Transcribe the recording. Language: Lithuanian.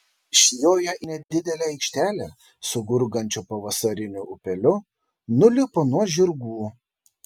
išjoję į nedidelę aikštelę su gurgančiu pavasariniu upeliu nulipo nuo žirgų